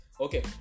Okay